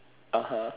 (uh huh)